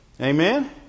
amen